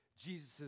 Jesus